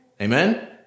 Amen